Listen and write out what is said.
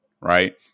Right